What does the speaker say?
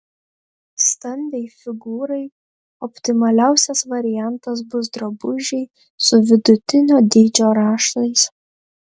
stambiai figūrai optimaliausias variantas bus drabužiai su vidutinio dydžio raštais